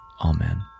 Amen